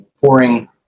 pouring